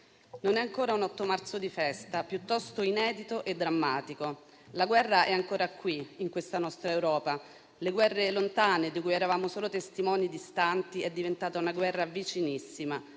non è ancora un 8 marzo di festa, piuttosto un 8 marzo inedito e drammatico. La guerra è ancora qui, in questa nostra Europa; le guerre lontane, di cui eravamo solo testimoni distanti, sono diventate una guerra vicinissima.